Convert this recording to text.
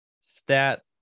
stat